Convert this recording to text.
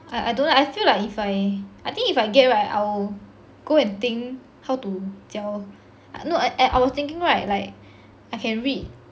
I I don't know lah I feel like if I I think if I get right I'll go and think how to 教 no I was thinking right like I can read